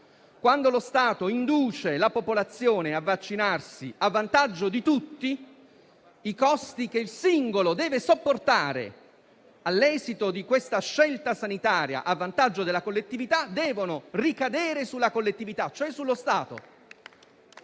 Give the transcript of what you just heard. quando lo Stato induce la popolazione a vaccinarsi a vantaggio di tutti, i costi che il singolo deve sopportare all'esito di questa scelta sanitaria a vantaggio della collettività devono ricadere sulla collettività, cioè sullo Stato.